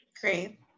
Great